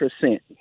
percent